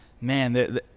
Man